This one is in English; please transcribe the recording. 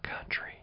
country